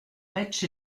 match